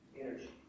energy